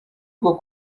rwo